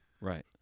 right